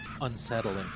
Unsettling